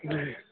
जी